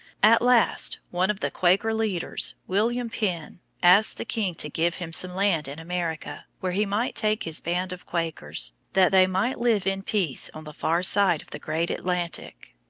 at last one of the quaker leaders, william penn, asked the king to give him some land in america, where he might take his band of quakers, that they might live in peace on the far side of the great atlantic.